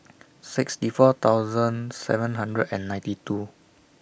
sixty four thousand seven hundred and ninety two